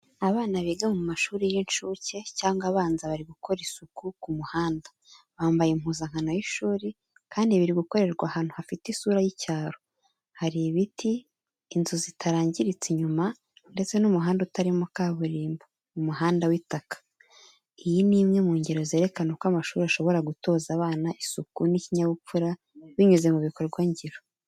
Abana biga mu mashuri y'incuke cyangwa abanza bari gukora isuku ku muhanda. Bambaye impuzankano y'ishuri kandi biri gukorerwa ahantu hafite isura y’icyaro. Hari ibiti, inzu zitarangiritse inyuma ndetse n’umuhanda utarimo kaburimbo, umuhanda w’itaka. Iyi ni imwe mu ngero zerekana uko amashuri ashobora gutoza abana isuku n’ikinyabupfura binyuze mu bikorwa ngiro.